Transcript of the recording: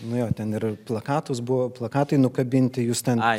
nu jo ten ir plakatus buvo plakatai nukabinti jus tenai